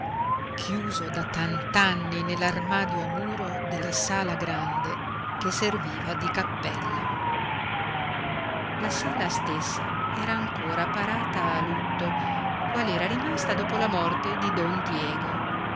chiuso da tant'anni nell'armadio a muro della sala grande che serviva di cappella la sala stessa era ancora parata a lutto qual'era rimasta dopo la morte di don diego